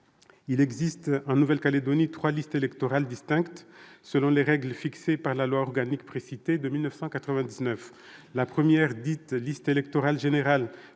Il existe en Nouvelle-Calédonie trois listes électorales distinctes, selon les règles fixées par la loi organique précitée de 1999. La première, dite liste électorale générale,